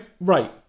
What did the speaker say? Right